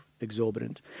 exorbitant